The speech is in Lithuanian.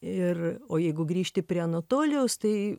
ir o jeigu grįžti prie anatolijaus tai